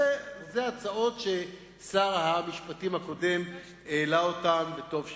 אלה הצעות ששר המשפטים הקודם העלה אותן, וטוב שכך.